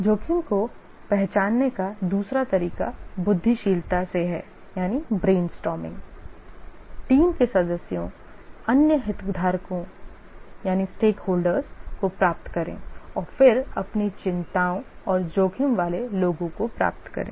जोखिम को पहचानने का दूसरा तरीका बुद्धिशीलता से है टीम के सदस्यों अन्य हितधारकों को प्राप्त करें और फिर अपनी चिंताओं और जोखिम वाले लोगों को प्राप्त करें